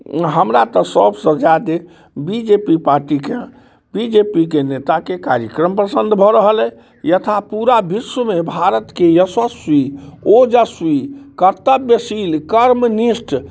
हमरा तऽ सबसँ जादे बी जे पी पार्टीके बी जे पी के नेता जे कार्यक्रम पसन्द भऽ रहल अइ यथा पूरा विश्वमे भारतके यशस्वी ओजस्वी कर्तव्यशील कर्मनिष्ठ